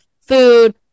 food